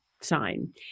sign